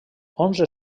onze